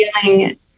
feeling